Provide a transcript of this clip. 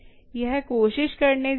यह कोशिश करने जा रहा है